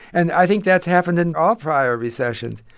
and i think that's happened in all prior recessions.